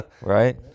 Right